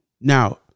Now